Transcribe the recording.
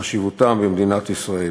וחשיבותם במדינת ישראל.